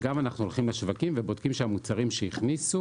אנחנו גם הולכים לשווקים ובודקים שהמוצרים שהוכנסו